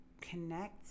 connect